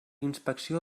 inspecció